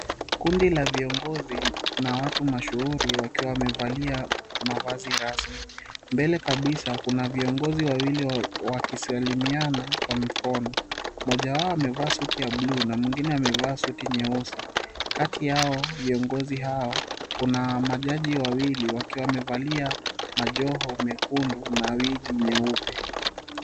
Kundi la viongozi, na watu mashuhuri wakiwa wamevalia mavazi rasmi. Mbele kabisa, kuna viongozi wawili wakisalimiana kwa mkono. Mmoja wao amevaa suti ya bluu, na mwingine amevaa suti nyeusi. Kati yao viongozi hao, kuna majaji wawili wakiwa wamevalia majoho mekundu na wigi nyeupe.